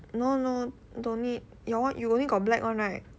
no no don't need your one you only got black [one] right